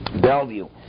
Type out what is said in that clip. Bellevue